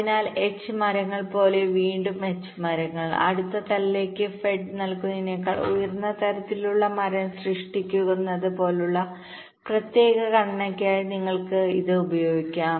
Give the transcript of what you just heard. അതിനാൽ H മരങ്ങൾ പോലെ വീണ്ടും H മരങ്ങൾ അടുത്ത തലത്തിലേക്ക് ഫെഡ് നൽകുന്നതിനേക്കാൾ ഉയർന്ന തലത്തിലുള്ള മരം സൃഷ്ടിക്കുന്നത് പോലുള്ള പ്രത്യേക ഘടനയ്ക്കായി നിങ്ങൾക്ക് ഇത് ഉപയോഗിക്കാം